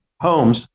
homes